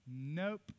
nope